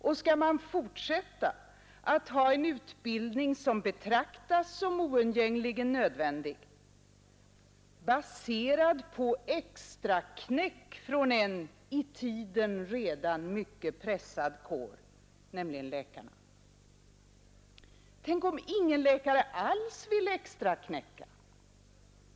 Och skall man fortsätta att ha en utbildning, som betraktas som oundgängligen nödvändig, baserad på extraknäck från en i tiden redan mycket pressad kår, nämligen läkarna? Tänk om ingen läkare alls vill extraknäcka!